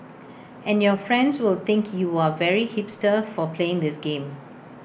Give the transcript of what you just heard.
and your friends will think you are very hipster for playing this game